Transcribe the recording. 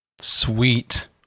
Sweet